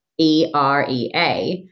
EREA